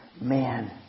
man